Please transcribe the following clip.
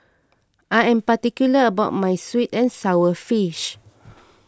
I am particular about my Sweet and Sour Fish